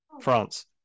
France